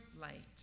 light